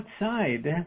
outside